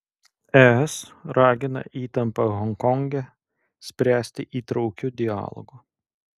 es ragina įtampą honkonge spręsti įtraukiu dialogu